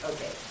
Okay